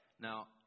Now